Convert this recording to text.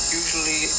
usually